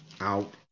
out